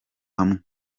hamwe